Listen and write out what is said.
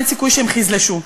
אין סיכוי שהם חזל"שו.